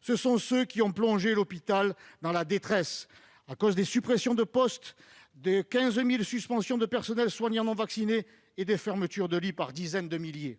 ce sont ceux qui ont plongé l'hôpital dans la détresse, par des suppressions de postes, par les 15 000 suspensions de personnels soignants non vaccinés et par des fermetures de lits par dizaines de milliers.